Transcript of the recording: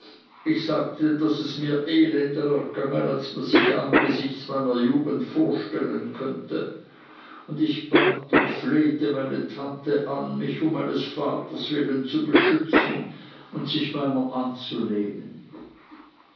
ich sagte daß es mir elender ergangen als man sich angesichts meiner jugend vorstellen könnte und ich bat und flehte meine tante an mich um meines vaters willen zu beschützen und sich meiner anzunehmen